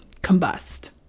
combust